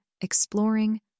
exploring